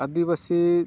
ᱟᱹᱫᱤᱵᱟᱥᱤ